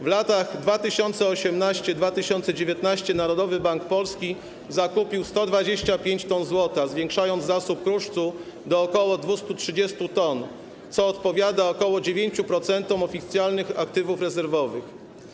W latach 2018-2019 Narodowy Bank Polski zakupił 125 t złota, zwiększając zasób kruszcu do ok. 230 t, co odpowiada ok. 9% oficjalnych aktywów rezerwowych.